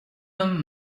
homme